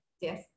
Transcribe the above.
Yes